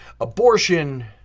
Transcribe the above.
abortion